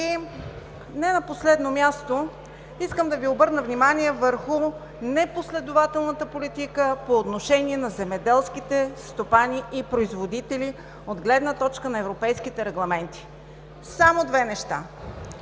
И не на последно място искам да Ви обърна внимание върху непоследователната политика по отношение на земеделските стопани и производители от гледна точка на европейските регламенти. Само две неща: